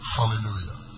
Hallelujah